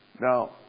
Now